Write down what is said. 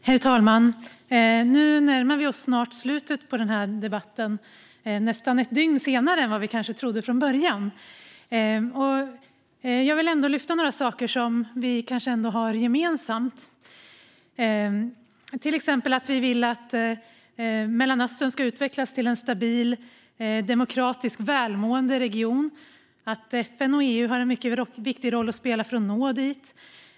Herr talman! Vi närmar oss snart slutet på den här debatten, nästan ett dygn senare än vi trodde från början. Jag vill lyfta upp några saker som vi kanske ändå har gemensamt. Till exempel vill vi att Mellanöstern ska utvecklas till en stabil, demokratisk och välmående region. FN och EU har en mycket viktig roll att spela för att det ska uppnås.